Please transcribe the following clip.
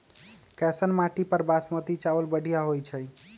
कैसन माटी पर बासमती चावल बढ़िया होई छई?